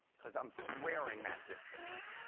because i'm squaring that distance.